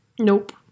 Nope